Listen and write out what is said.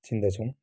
चिन्दछौँ